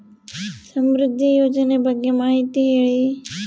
ಸಮೃದ್ಧಿ ಯೋಜನೆ ಬಗ್ಗೆ ಮಾಹಿತಿ ಹೇಳಿ?